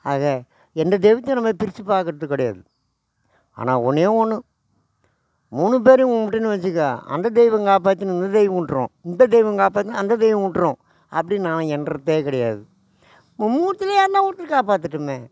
ஆக எந்த தெய்வத்தையும் நம்ம பிரிச்சு பார்க்கறது கிடையாது ஆனால் ஒன்றே ஒன்று மூணு பேரையும் கும்பிட்டோன்னு வெச்சுக்க அந்த தெய்வம் காப்பாற்றுன்னு இந்த தெய்வம் விட்ரும் இந்த தெய்வம் காப்பாற்றுன்னு அந்த தெய்வம் விட்ரும் அப்படின்னு நான் என்றதே கிடையாது உ மூணுத்தில் யாருனா ஒருத்தர் காப்பாற்றட்டுமே